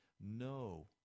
no